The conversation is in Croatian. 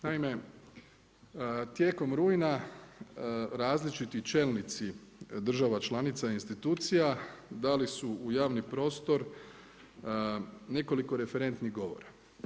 Naime, tijekom rujna različiti čelnici država članica, institucija dali su u javni prostor nekoliko referentnih govora.